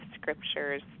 scriptures